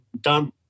done